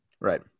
Right